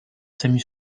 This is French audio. samu